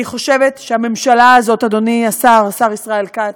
אני חושבת שהממשלה הזאת, אדוני השר, השר ישראל כץ,